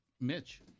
Mitch